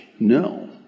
no